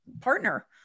partner